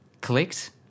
clicked